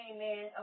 Amen